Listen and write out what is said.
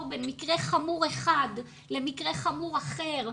בין מקרה חמור אחד למקרה חמור אחר,